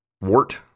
Wart